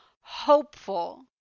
hopeful